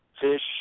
Fish